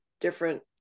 different